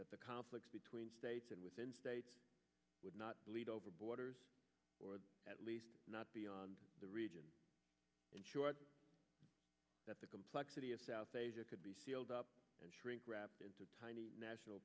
that the conflicts between states and within states would not lead over borders or at least not beyond the region and that the complexity of south asia could be sealed up and shrink wrapped into tiny national